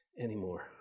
anymore